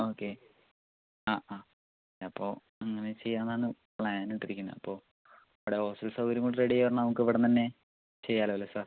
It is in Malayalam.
ഓക്കെ ആ ആ അപ്പോൾ അങ്ങനെ ചെയ്യാമെന്നാണ് പ്ലാനിട്ടിരിക്കുന്നത് അപ്പോൾ ഇവിടെ ഹോസ്റ്റൽ സൗകര്യം കൂടി റെഡിയായി നമുക്ക് ഇവിടെ നിന്നുതന്നെ ചെയ്യാമല്ലോ അല്ലേ സാർ